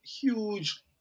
huge